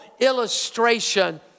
illustration